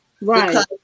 Right